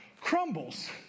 crumbles